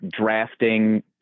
drafting